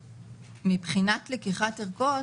מבחינת לקיחת ערכות,